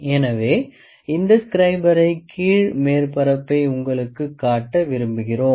எனவே இந்த ஸ்க்ரைபரை கீழ் மேற்பரப்பை உங்களுக்குக் காட்ட விரும்புகிறோம்